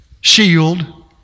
shield